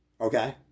Okay